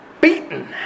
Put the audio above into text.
beaten